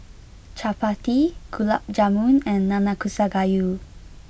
Chapati Gulab Jamun and Nanakusa Gayu